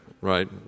right